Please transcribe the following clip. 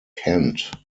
kent